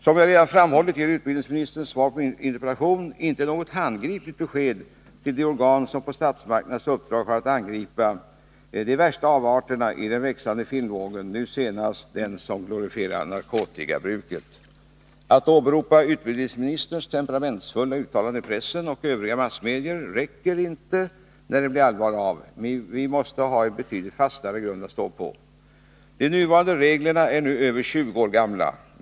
Som jag redan framhållit ger utbildningsministerns svar på min interpellation inte något handgripligt besked till det organ som på statsmakternas uppdrag har att angripa de värsta avarterna i den växande filmvågen, nu senast den som glorifierar narkotikabruket. Att åberopa utbildningsministerns temperamentsfulla uttalande i pressen och övriga massmedier räcker inte när det blir allvar av. Vi måste ha en betydligt fastare grund att stå på. De nuvarande reglerna är nu över 20 år gamla.